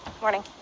morning